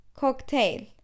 cocktail